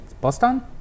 Boston